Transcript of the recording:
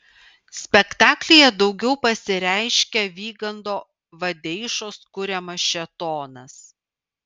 spektaklyje daugiau pasireiškia vygando vadeišos kuriamas šėtonas